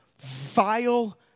vile